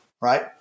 right